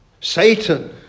Satan